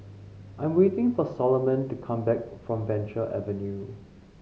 I'm waiting for Soloman to come back from Venture Avenue